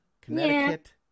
Connecticut